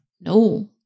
No